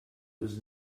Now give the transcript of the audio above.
was